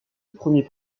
premier